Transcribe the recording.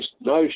no